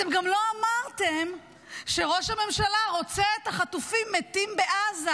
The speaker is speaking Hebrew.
אתם גם לא אמרתם שראש הממשלה רוצה את החטופים מתים בעזה.